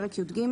פרק י"ג,